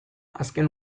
azken